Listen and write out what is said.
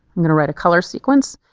i'm going to write a color sequence.